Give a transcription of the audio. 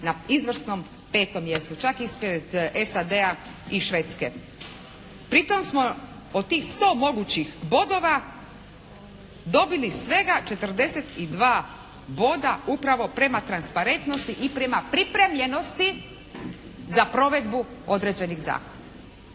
na izvrsnom 5 mjestu čak ispred SAD-a i Švedske. Pri tom smo od tih 100 mogućih bodova dobili svega 42 boda upravo prema transparentnosti i prema pripremljenosti za provedbu određenih zakona.